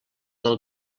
del